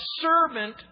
servant